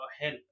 help